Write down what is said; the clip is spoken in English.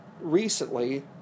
recently